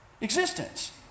existence